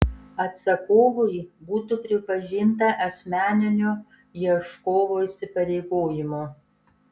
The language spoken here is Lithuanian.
atsakovui būtų pripažinta asmeniniu ieškovo įsipareigojimu